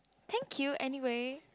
thank you anyway